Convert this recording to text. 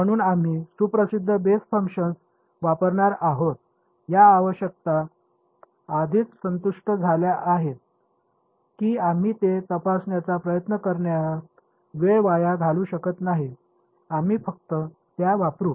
म्हणून आम्ही सुप्रसिद्ध बेस फंक्शन्स वापरणार आहोत या आवश्यकता आधीच संतुष्ट झाल्या आहेत की आम्ही ते तपासण्याचा प्रयत्न करण्यात वेळ वाया घालवू शकत नाही आम्ही फक्त त्या वापरु